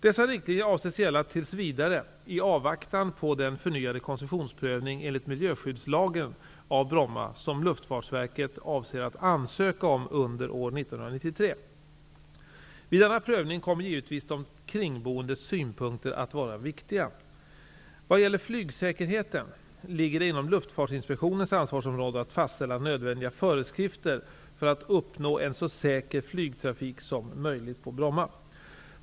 Dessa riktlinjer avses gälla tills vidare i avvaktan på den förnyade koncessionsprövning enligt miljöskyddslagen av Bromma som Luftfartsverket avser att ansöka om under år 1993. Vid denna prövning kommer givetvis de kringboendes synpunkter att vara viktiga. Vad gäller flygsäkerheten ligger det inom Luftfartsinspektionens ansvarsområde att fastställa nödvändiga föreskrifter för att uppnå en så säker flygtrafik som möjligt på Bromma.